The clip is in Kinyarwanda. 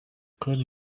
kandi